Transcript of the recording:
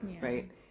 right